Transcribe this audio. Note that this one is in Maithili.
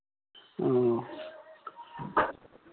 ह्म्म